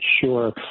sure